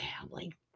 family